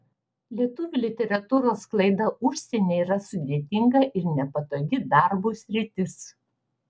lietuvių literatūros sklaida užsienyje yra sudėtinga ir nepatogi darbui sritis